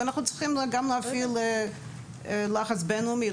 צריך להפעיל לחץ בין-לאומי.